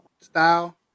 style